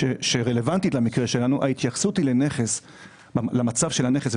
שרלוונטית למקרה שלנו ההתייחסות היא למצב של הנכס,